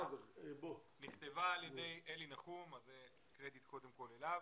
היא נכתבה על ידי אלי נחום והקרדיט אליו.